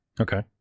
Okay